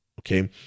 okay